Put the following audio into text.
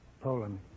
Poland